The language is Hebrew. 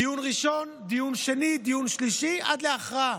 דיון ראשון, דיון שני, דיון שלישי, עד להכרעה.